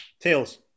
Tails